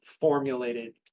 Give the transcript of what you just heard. formulated